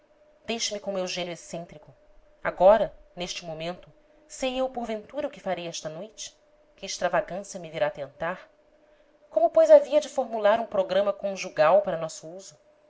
deixe-me com o meu gênio excêntrico agora neste momento sei eu porventura o que farei esta noite que extravagância me virá tentar como pois havia de formular um programa conjugal para nosso uso